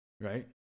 right